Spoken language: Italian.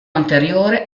anteriore